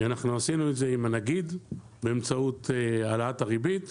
אנחנו עשינו את זה עם הנגיד באמצעות העלאת הריבית,